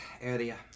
area